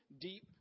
deep